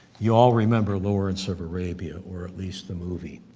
you all remember lawrence of arabia, or at least the movie.